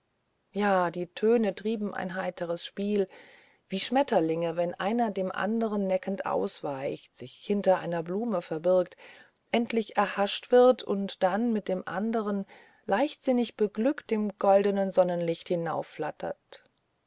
ja die töne trieben ein heiteres spiel wie schmetterlinge wenn einer dem anderen neckend ausweicht sich hinter eine blume verbirgt endlich erhascht wird und dann mit dem anderen leichtsinnig beglückt im goldnen sonnenlichte